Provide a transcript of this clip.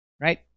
Right